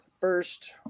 first